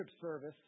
service